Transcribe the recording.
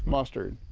mustard.